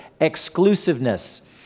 exclusiveness